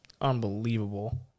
unbelievable